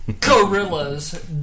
Gorillas